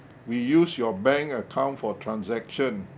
we use your bank account for transaction